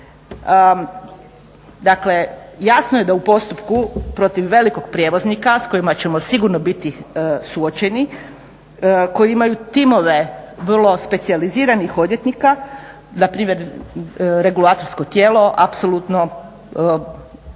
Dakle, jasno je da u postupku protiv velikog prijevoznika s kojima ćemo sigurno biti suočeni, koji imaju timove vrlo specijaliziranih odvjetnika, npr. regulatorsko tijelo apsolutno